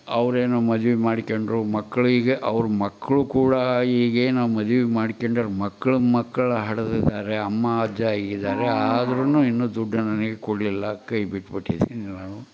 ಅವರೇನೋ ಮದ್ವೆ ಮಾಡ್ಕೊಂಡ್ರು ಮಕ್ಕಳಿಗೆ ಅವ್ರ ಮಕ್ಕಳು ಕೂಡ ಈಗೇನು ಮದ್ವೆ ಮಾಡ್ಕ್ಯಂಡರ ಮಕ್ಳು ಮಕ್ಕಳ ಹಡೆದಿದ್ದಾರೆ ಅಮ್ಮ ಅಜ್ಜ ಆಗಿದ್ದಾರೆ ಆದ್ರೂ ಇನ್ನು ದುಡ್ಡು ನನಗೆ ಕೊಡಲಿಲ್ಲ ಕೈ ಬಿಟ್ಟು ಬಟ್ಟಿದ್ದೀನಿ ನಾನು